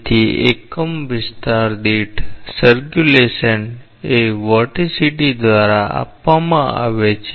તેથી એકમ વિસ્તાર દીઠ પરિભ્રમણ એ વર્ટિસિટી દ્વારા આપવામાં આવે છે